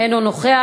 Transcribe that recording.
אינו נוכח.